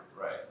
Right